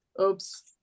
Oops